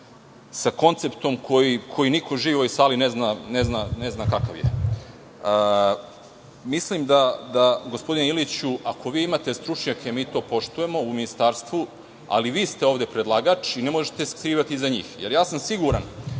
sa konceptom koji niko živi u ovoj sali ne zna kakav je. Mislim da, gospodine Iliću, ako imate stručnjake u ministarstvu, mi to poštujemo, ali vi ste ovde predlagač i ne možete se skrivati iza njih, jer ja sam siguran